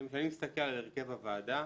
כשאני מסתכל על הרכב הוועדה,